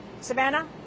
Savannah